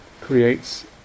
creates